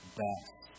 best